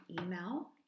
email